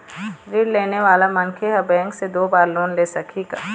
ऋण लेने वाला मनखे हर बैंक से दो बार लोन ले सकही का?